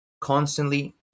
constantly